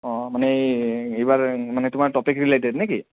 অঁ মানে এইবাৰ মানে তোমাৰ টপিক ৰিলেটেড নে কি